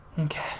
Okay